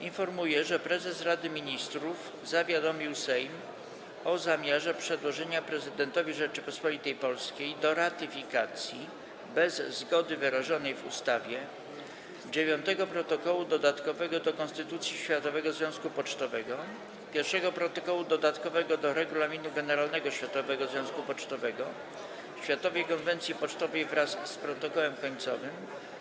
Informuję, że prezes Rady Ministrów zawiadomił Sejm o zamiarze przedłożenia prezydentowi Rzeczypospolitej Polskiej do ratyfikacji, bez zgody wyrażonej w ustawie, Dziewiątego Protokołu dodatkowego do Konstytucji Światowego Związku Pocztowego, Pierwszego Protokołu dodatkowego do Regulaminu Generalnego Światowego Związku Pocztowego, Światowej Konwencji Pocztowej wraz z Protokołem końcowym,